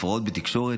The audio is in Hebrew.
הפרעות בתקשורת,